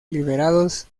liberados